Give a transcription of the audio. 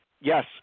Yes